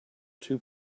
two